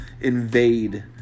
invade